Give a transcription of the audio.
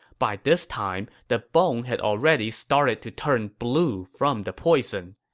by this time, the bone had already started to turn blue from the poison.